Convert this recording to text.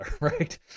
right